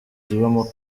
zibamo